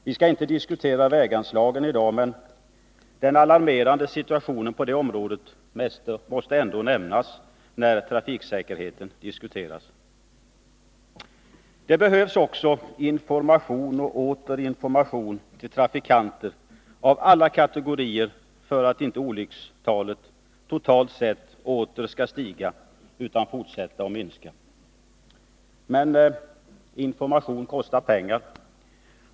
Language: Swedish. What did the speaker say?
Vi skall inte diskutera väganslagen i dag, men den alarmerande situationen på området måste ändå nämnas när trafiksäkerheten diskuteras. Det behövs också information och åter information till trafikanter av alla kategorier för att inte antalet olyckor totalt sett åter skall stiga utan fortsätta att minska. Men information kostar pengar.